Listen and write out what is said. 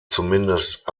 zumindest